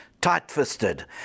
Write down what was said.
tight-fisted